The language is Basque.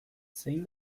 zein